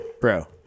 Bro